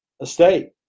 estate